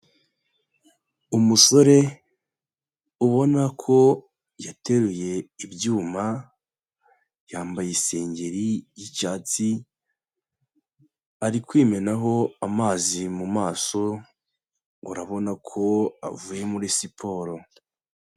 Umusore ubona ko yateruye ibyuma, yambaye isengeri y'icyatsi, ari kwimenaho amazi mu maso, urabona ko avuye muri siporo.